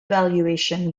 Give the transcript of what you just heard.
valuation